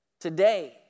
Today